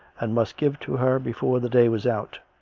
and must give to her before the day was out.